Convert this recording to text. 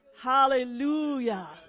Hallelujah